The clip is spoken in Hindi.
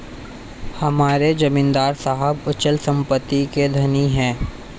हमारे जमींदार साहब अचल संपत्ति के धनी हैं